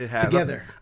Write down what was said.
together